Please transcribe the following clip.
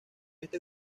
este